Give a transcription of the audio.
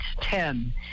ten